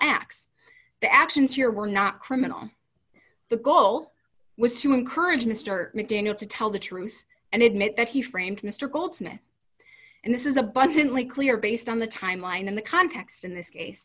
acts the actions here were not criminal the goal was to encourage mr mcdaniel to tell the truth and admit that he framed mr goldsmith and this is abundantly clear based on the timeline and the context in this case